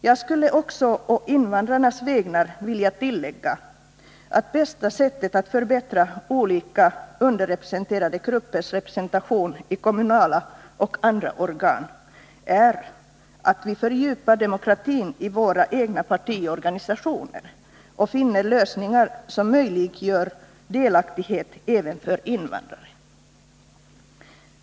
Jag skulle också å invandrarnas vägnar vilja tillägga att det bästa sättet att förbättra olika underrepresenterade gruppers representation i kommunala och andra organ är att fördjupa demokratin i våra egna partiorganisationer och försöka finna lösningar som möjliggör delaktighet även för invandrare.